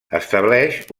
estableix